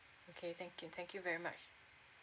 okay thank you thank you very much